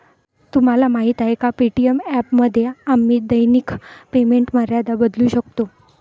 तुम्हाला माहीत आहे का पे.टी.एम ॲपमध्ये आम्ही दैनिक पेमेंट मर्यादा बदलू शकतो?